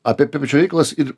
apie priepirčio reikalus ir